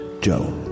Joe